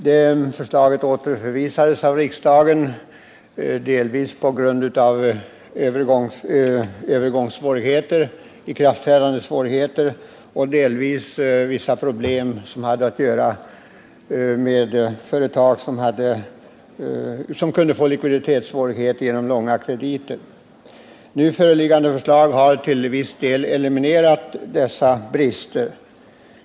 Det återförvisades av riksdagen, dels på grund av övergångssvårigheter i samband med ikraftträdandet, dels på grund av vissa problem som hade att göra med företag som kunde få likviditetssvårigheter genom långa krediter. Nu föreliggande förslag har till viss del eliminerat dessa brister.